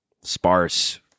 sparse